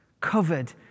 covered